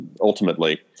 ultimately